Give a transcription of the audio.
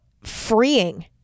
freeing